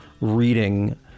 reading